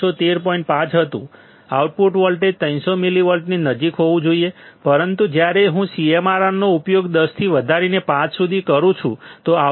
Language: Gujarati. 5 હતું આઉટપુટ વોલ્ટેજ 300 મિલીવોલ્ટની નજીક હોવું જોઈએ પરંતુ જ્યારે હું CMRR નો ઉપયોગ 10 થી વધારીને 5 સુધી કરું છું તો આઉટપુટ 300